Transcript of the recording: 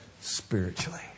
spiritually